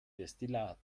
destillat